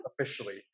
officially